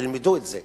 תלמדו את זה.